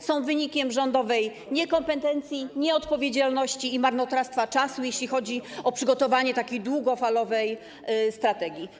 Jest to wynik rządowej niekompetencji, nieodpowiedzialności i marnotrawstwa czasu, jeśli chodzi o przygotowanie długofalowej strategii.